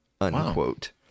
unquote